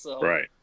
Right